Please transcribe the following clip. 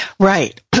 Right